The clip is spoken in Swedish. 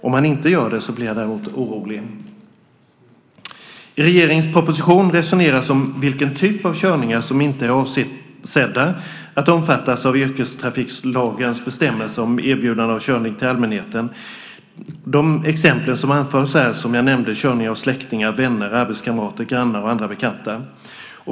Om han inte gör det blir jag däremot orolig. I regeringens proposition resoneras kring vilken typ av körningar som inte är avsedda att omfattas av yrkestrafiklagens bestämmelser om erbjudande av körningar till allmänheten. Det anförs exempel som jag nämnde - körning av släktingar, vänner, arbetskamrater, grannar och andra bekanta.